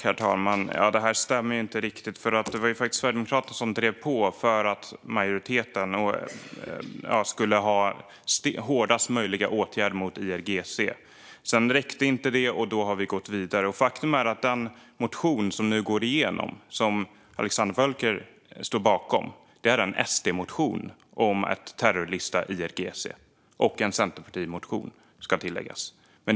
Herr talman! Det här stämmer inte riktigt. Det var faktiskt Sverigedemokraterna som drev på för att det skulle bli majoritet för hårdast möjliga åtgärd mot IRGC. Det räckte inte, och då har vi gått vidare. De motioner som nu kommer att gå igenom, som Alexandra Völker står bakom, är en SD-motion och en Centerpartimotion om att terrorlista IRGC.